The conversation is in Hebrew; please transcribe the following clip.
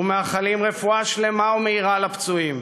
ומאחלים רפואה שלמה ומהירה לפצועים.